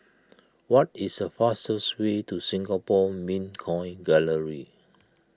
what is the fastest way to Singapore Mint Coin Gallery